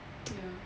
ya